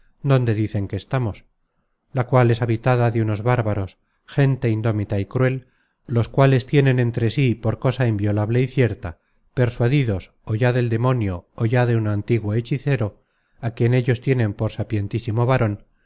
donde dicen que estamos la cual es habitada de unos bárbaros gente indómita y cruel los cuales tienen entre sí por cosa inviolable y cierta persuadidos ó ya del demonio ó ya de un antiguo hechicero á quien ellos tienen por sapientísimo varon